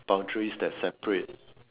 boundaries that separate